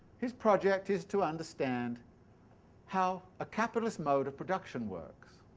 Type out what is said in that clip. his project is to understand how a capitalist mode of production works.